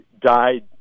died